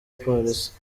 polisi